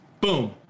boom